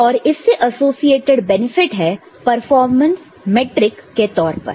और इससे associated benefit है परफॉर्मेंस मैट्रिक के तौर पर